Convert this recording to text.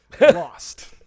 lost